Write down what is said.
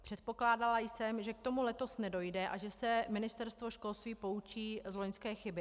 Předpokládala jsem, že k tomu letos nedojde a že se ministerstvo školství poučí z loňské chyby.